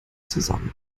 zusammen